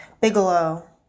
Bigelow